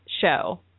show